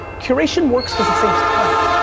curation works cause it saves time.